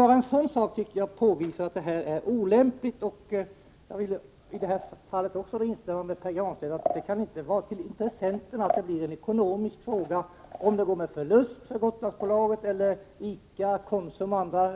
Bara en sådan sak tycker jag visar att det här är olämpligt. Jag vill i detta fall instämma med Pär Granstedt, att det här kan inte få vara en sak för intressenterna och bli en ekonomisk fråga. Det avgörande får inte vara om det går med förlust för Gotlandsbolaget, eller om ICA, Konsum och andra